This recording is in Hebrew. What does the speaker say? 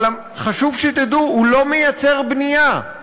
אבל חשוב שתדעו, הוא לא מייצר בנייה.